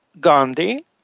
Gandhi